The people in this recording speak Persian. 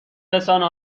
رسانه